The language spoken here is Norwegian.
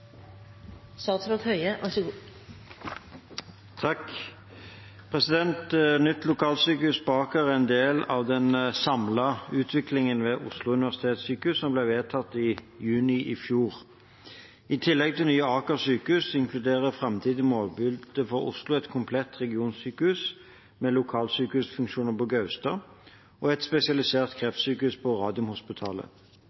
en del av den samlede utviklingen ved Oslo universitetssykehus som ble vedtatt i juni i fjor. I tillegg til nye Aker sykehus inkluderer et framtidig målbilde for Oslo et komplett regionsykehus med lokalsykehusfunksjoner på Gaustad og et spesialisert